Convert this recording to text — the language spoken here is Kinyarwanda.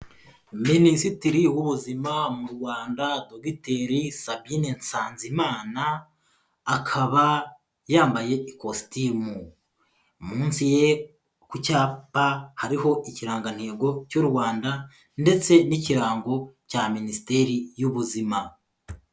Minisitiri w'ubuzima mu Rwanda Dr Sabin Nsanzimana akaba yambaye ikositimu, munsi ye ku cyapa hariho Ikirangantego cy'u Rwanda ndetse n'Ikirango cya Minisiteri y'Ubuzima.